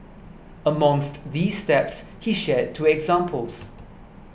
amongst these steps he shared two examples